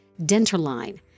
Denterline